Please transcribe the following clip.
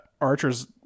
Archer's